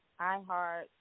iHeart